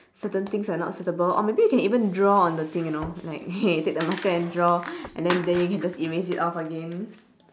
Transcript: certain things like not suitable or maybe you can even draw on the thing you know like take the marker and draw and then you can erase it off again